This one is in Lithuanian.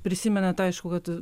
prisimenat aišku kad